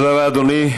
תודה לאדוני.